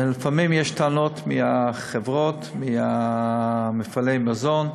לפעמים יש טענות מחברות, ממפעלי המזון,